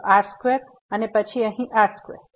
તો r2 અને પછી અહીં r2